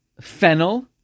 fennel